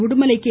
Udumalai K